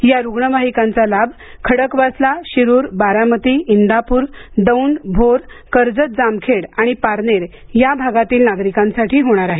या रुग्णवाहिकांचा लाभ खडकवासला शिरूर बारामती इंदापूर दौंड भोर कर्जत जामखेड आणि पारनेर या भागातील नागरिकांसाठी होणार आहे